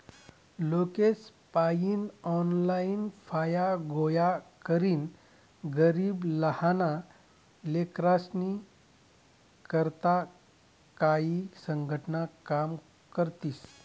लोकेसपायीन ऑनलाईन फाया गोया करीन गरीब लहाना लेकरेस्ना करता काई संघटना काम करतीस